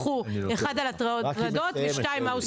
וידווחו: ראשית, על הטרדות, ושנית, מה עושים.